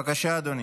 בבקשה, אדוני.